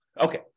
Okay